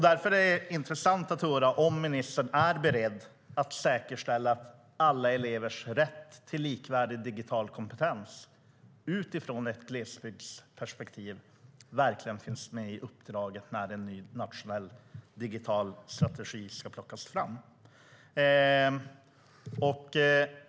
Därför vore det intressant att höra om ministern är beredd att säkerställa alla elevers rätt till likvärdig digital kompetens och att ett glesbygdsperspektiv verkligen finns med i uppdraget när en ny nationell digital strategi ska tas fram.